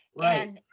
Right